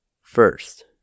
first